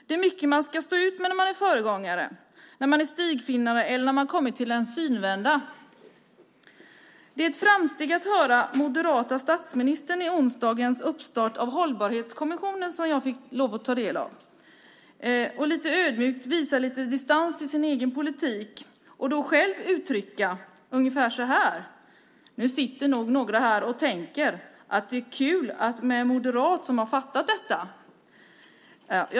Det är mycket man ska stå ut med när man är föregångare, när man är stigfinnare eller när man har kommit till en synvända. Det är ett framsteg att höra den moderata statsministern i onsdagens uppstart av Hållbarhetskommissionen, som jag fick lov att ta del av, lite ödmjukt visa lite distans till sin egen politik och då själv uttrycka det ungefär så här: Nu sitter nog några här och tänker att det är kul med en moderat som har fattat detta.